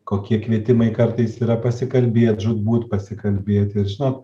kokie kvietimai kartais yra pasikalbėt žūtbūt pasikalbėti ir žinot